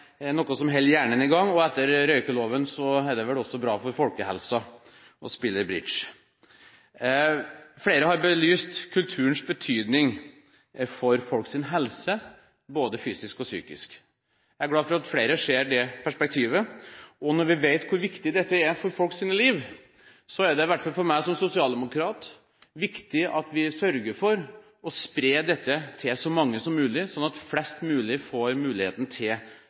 er noe som holder hjernen i gang, og etter røykeloven er det vel også bra for folkehelsa å spille bridge! Flere har belyst kulturens betydning for folks helse, både fysisk og psykisk, og jeg er glad for at flere ser det perspektivet. Når vi vet hvor viktig dette er for folks liv, er det – i hvert fall for meg som sosialdemokrat – viktig at vi sørger for å spre dette til så mange som mulig, sånn at flest mulig får muligheten til